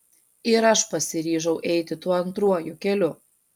ir aš pasiryžau eiti tuo antruoju keliu